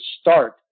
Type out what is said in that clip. start